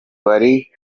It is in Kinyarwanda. bari